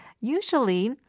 Usually